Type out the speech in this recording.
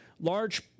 large